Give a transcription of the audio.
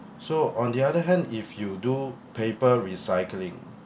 so on the other hand if you do paper recycling